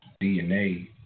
DNA